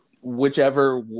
whichever